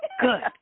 Good